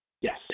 yes